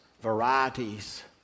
varieties